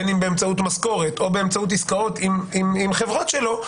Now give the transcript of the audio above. בין אם באמצעות משכורת או באמצעות עסקאות עם חברות שלו,